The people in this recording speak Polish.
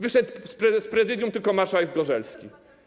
Wyszedł z Prezydium tylko marszałek Zgorzelski.